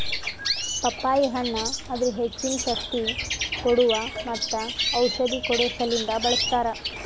ಪಪ್ಪಾಯಿ ಹಣ್ಣ್ ಅದರ್ ಹೆಚ್ಚಿನ ಶಕ್ತಿ ಕೋಡುವಾ ಮತ್ತ ಔಷಧಿ ಕೊಡೋ ಸಲಿಂದ್ ಬಳ್ಸತಾರ್